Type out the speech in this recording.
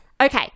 Okay